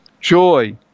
joy